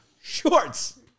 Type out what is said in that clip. shorts